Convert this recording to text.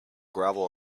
gravel